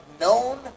known